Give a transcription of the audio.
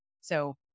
So-